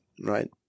right